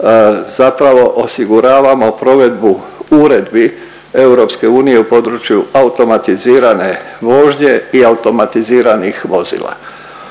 zapravo osiguravamo provedu uredbi EU u području automatizirane vožnje i automatiziranih vozila.